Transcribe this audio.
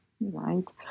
right